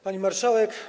Pani Marszałek!